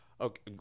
Okay